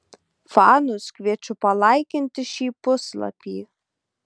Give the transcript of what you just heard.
fanus kviečiu palaikinti šį puslapį